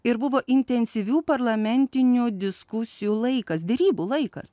ir buvo intensyvių parlamentinių diskusijų laikas derybų laikas